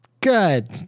good